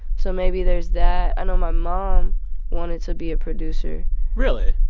so maybe there's that. i know my mom wanted to be a producer really?